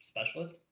specialist